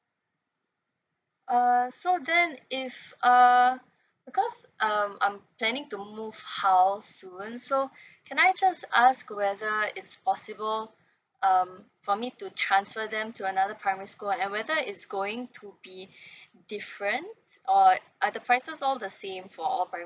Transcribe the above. uh so then if uh because um I'm planning to move house soon so can I just ask whether it's possible um for me to transfer them to another primary school and whether it's going to be different or like are the prices all the same for all primary